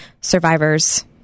survivors